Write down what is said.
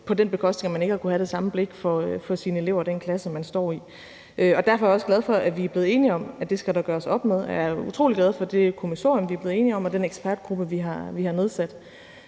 har betydet, at man ikke har kunnet have det samme blik for sine elever i den klasse, man står i. Derfor er jeg også glad for, at vi er blevet enige om, at der skal gøres op med det, og jeg er utrolig glad for det kommissorium, vi er blevet enige om, og den ekspertgruppe, vi har nedsat.